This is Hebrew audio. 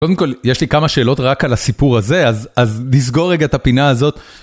קודם כל, יש לי כמה שאלות רק על הסיפור הזה, אז נסגור רגע את הפינה הזאת.